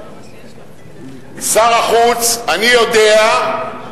שר החוץ, אני יודע,